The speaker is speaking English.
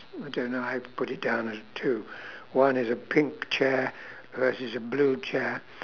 I don't know how to put it down as two one is a pink chair versus a blue chair